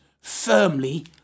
firmly